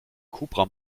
hubraum